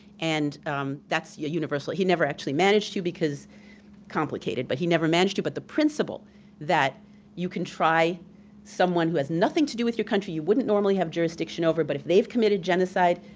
and that's universal. he never actually managed to, because complicated, but he never managed to, but the principle that you can try someone who has nothing to do with your country you wouldn't normally have jurisdiction over but if they've committed genocide,